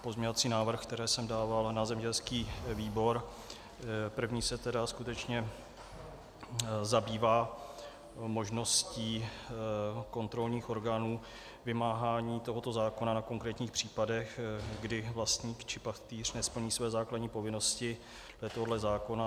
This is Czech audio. Pozměňovací návrhy, které jsem dával na zemědělský výbor, první se skutečně zabývá možností kontrolních orgánů vymáhání tohoto zákona na konkrétních případech, kdy vlastník či pastýř nesplní své základní povinnosti podle zákona.